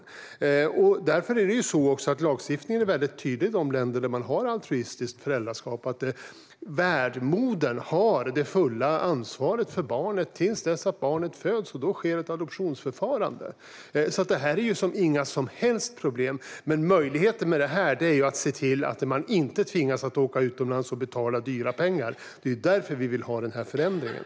I länder där man har altruistiskt föräldraskap är lagstiftningen tydlig med att värdmodern har det fulla ansvaret för barnet till dess barnet föds, och då sker ett adoptionsförfarande. Det är inga som helst problem. Möjligheten med det här är att se till att man inte tvingas åka utomlands och betala dyra pengar. Det är därför vi vill ha den här förändringen.